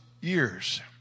years